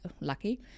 lucky